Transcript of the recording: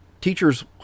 teachers